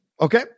Okay